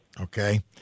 Okay